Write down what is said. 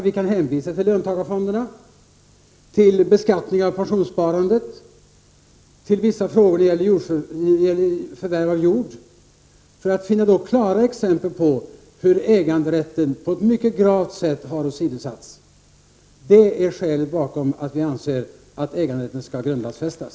Vi kan hänvisa till löntagarfonderna, beskattningen av pensionssparandet, vissa frågor när det gäller förvärv av jord, för att finna klara exempel på hur äganderätten på ett mycket gravt sätt har åsidosatts. Det är skälet till att vi anser att äganderätten skall grundlagsfästas.